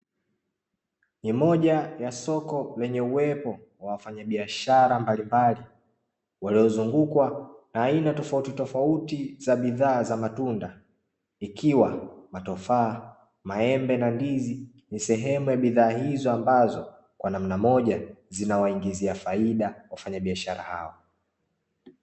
Ni moja ya soko lenye uwepo wa wafanyabishara mbalimbali, waliozungukwa na aina tofautitofauti za bidhaa za matunda, ikiwa matofaa, maembe na ndizi ni sehemu ya bidhaa hizo ambazo kwa namna moja zinawaingizia faida wafanya biashara hao.